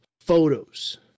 photos